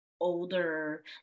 older